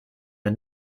der